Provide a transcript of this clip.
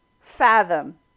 fathom